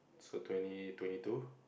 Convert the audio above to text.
so twenty twenty two